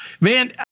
Man